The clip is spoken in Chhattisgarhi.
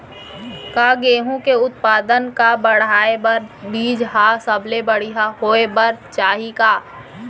का गेहूँ के उत्पादन का बढ़ाये बर बीज ह सबले बढ़िया होय बर चाही का?